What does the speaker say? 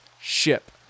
ship